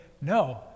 no